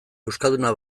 euskalduna